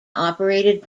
operated